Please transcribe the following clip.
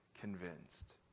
convinced